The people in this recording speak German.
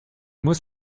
muss